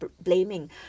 blaming